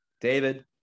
David